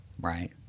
right